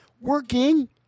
Working